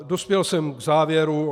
Dospěl jsem k závěru.